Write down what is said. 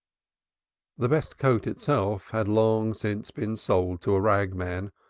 the best coat itself had long since been sold to a ragman,